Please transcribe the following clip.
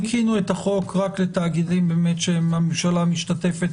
ניקינו את החוק רק לתאגידים שהממשלה משתתפת